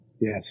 yes